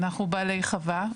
אנחנו בעלי חווה.